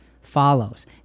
follows